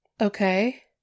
Okay